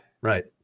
Right